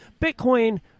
Bitcoin